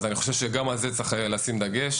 לכן אני חושב שגם על הנושא הזה אנחנו צריכים לשים את הדגש.